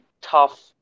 tough